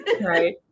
Right